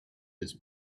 his